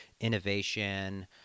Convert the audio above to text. innovation